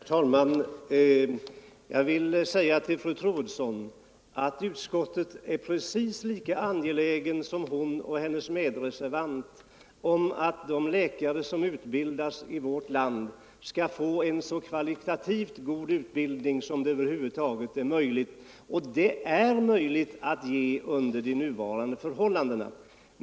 Herr talman! Jag vill säga till fru Troedsson att utskottet är precis lika angeläget som hon och hennes medreservant om att de läkare som utbildas i vårt land skall få en kvalitativt så god utbildning som det över huvud taget är möjligt att ge. Och det är möjligt att ge en sådan utbildning under de nuvarande förhållandena.